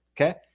Okay